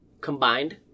Combined